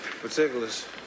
Particulars